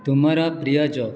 ତୁମର ପ୍ରିୟ ଜୋକ୍